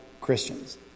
Christians